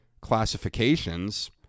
classifications